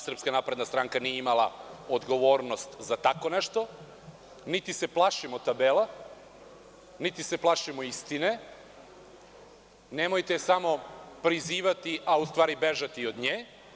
Srpska napredna stranka nije imala odgovornost za tako nešto, niti se plašimo tabela, niti se plašimo istine, nemojte samo prizivati, a u stvari bežati od nje.